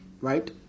right